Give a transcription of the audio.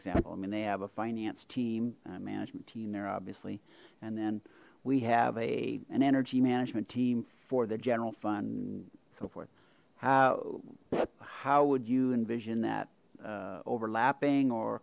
example i mean they have a finance team management team there obviously and then we have a an energy management team for the general fund and so forth how how would you envision that overlapping or